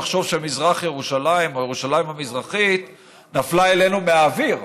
לחשוב שמזרח ירושלים או ירושלים המזרחית נפלה אלינו מהאוויר,